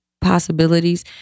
possibilities